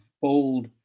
bold